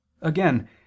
Again